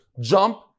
jump